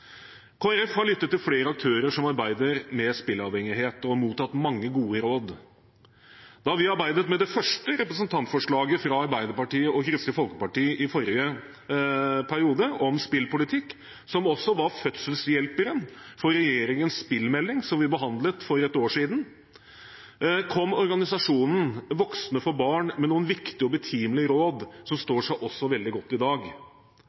har lyttet til flere aktører som arbeider med spilleavhengighet, og mottatt mange gode råd. Da vi arbeidet med det første representantforslaget om spillpolitikk fra Arbeiderpartiet og Kristelig Folkeparti i forrige periode, som også var fødselshjelperen for regjeringens spillmelding som vi behandlet for et år siden, kom organisasjonen Voksne for Barn med noen viktige og betimelige råd som står seg veldig godt også i dag.